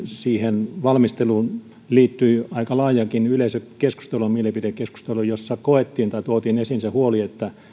siihen valmisteluun liittyi aika laajaakin yleisökeskustelua mielipidekeskustelua jossa koettiin tai tuotiin esiin se huoli että